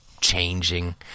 changing